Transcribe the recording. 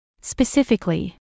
Specifically